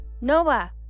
Noah